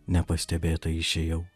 nepastebėta išėjau